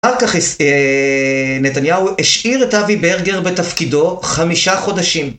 אחר כך נתניהו השאיר את אבי ברגר בתפקידו חמישה חודשים.